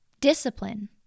discipline